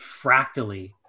fractally